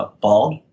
bald